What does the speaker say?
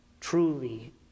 truly